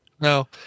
no